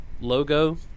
logo